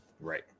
Right